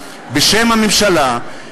בשם הממשלה,